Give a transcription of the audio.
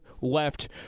left